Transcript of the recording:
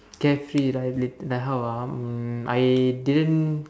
carefree right li~ like how are ah um I didn't